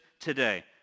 today